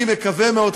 אני מקווה מאוד,